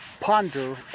ponder